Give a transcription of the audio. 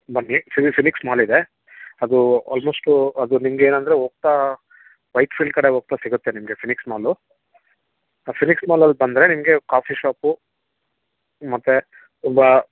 ಬನ್ನಿ ಇಲ್ಲಿ Phoenix mall ಇದೆ ಅದು ಆಲ್ಮೊಷ್ಟು ಅದು ನಿಮ್ಗೆ ಏನಂದರೆ ಹೋಗ್ತಾ ವೈಟ್ಫೀಲ್ಡ್ ಕಡೆ ಹೋಗ್ತಾ ಸಿಗತ್ತೆ ನಿಮಗೆ ಫಿನಿಕ್ಸ್ ಮಾಲು ಆ ಫಿನಿಕ್ಸ್ ಮಾಲಲ್ಲಿ ಬಂದರೆ ನಿಮಗೆ ಕಾಫಿ ಶಾಪು ಮತ್ತೆ ತುಂಬ